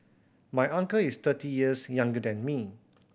my uncle is thirty years younger than me